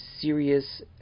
serious